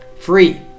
Free